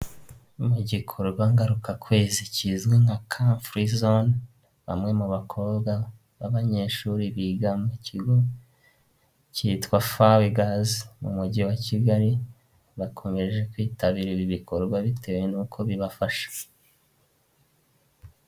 Mu gikorwa ngarukakwezi kizwi nka car free zone, bamwe mu bakobwa b'abanyeshuri biga mu kigo cyitwa Fawe girls mu mujyi wa Kigali, bakomeje kwitabira ibi bikorwa bitewe n'uko bibafasha.